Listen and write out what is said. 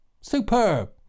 Superb